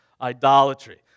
idolatry